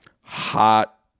Hot